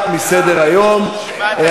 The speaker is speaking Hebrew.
מוצאים איזה נערים בני 15-14 שמקרקסים את כולם.